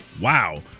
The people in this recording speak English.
wow